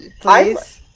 Please